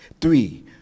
Three